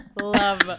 love